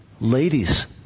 Ladies